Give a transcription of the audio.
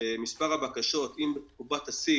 שמספר הבקשות אם בתקופת השיא